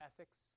ethics